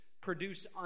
produce